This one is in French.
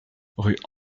rue